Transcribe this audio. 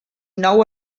nou